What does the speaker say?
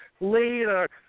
Later